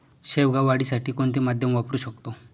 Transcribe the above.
शेवगा वाढीसाठी कोणते माध्यम वापरु शकतो?